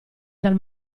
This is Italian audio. dal